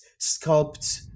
sculpt